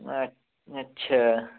अच्छा अच्छा